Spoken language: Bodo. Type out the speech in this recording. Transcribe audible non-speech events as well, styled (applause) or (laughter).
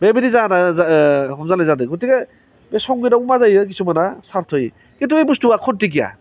बेबायदि हमजालायनाय जादों गथिखे बे खिसुमाना सार्थयै खिन्थु बे बुस्थुआ (unintelligible)